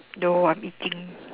no I'm eating